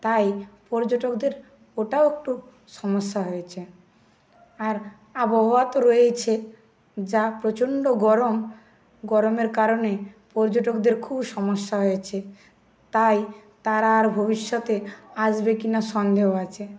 তাই পর্যটকদের ওটাও একটু সমস্যা হয়েছে আর আবহাওয়া তো রয়েইছে যা প্রচণ্ড গরম গরমের কারণে পর্যটকদের খুব সমস্যা হয়েছে তাই তারা আর ভবিষ্যতে আসবে কি না সন্দেহ আছে